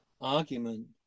argument